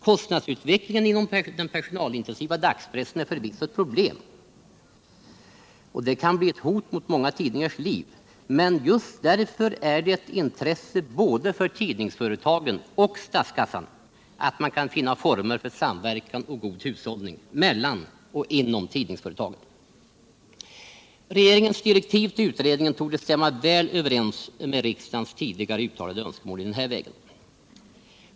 Kostnadsutvecklingen inom den personalintensiva dagspressen är förvisso ett problem, och det kan bli ett hot mot många tidningars liv, men just därför är det ett intresse för både tidningsföretagen och statskassan att man kan finna former för samverkan och god hushållning mellan och inom tidningsföretagen. Regeringens direktiv till utredningen torde stämma väl överens med riksdagens tidigare uttalade önskemål i den vägen.